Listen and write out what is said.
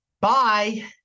bye